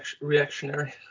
reactionary